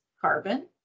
carbon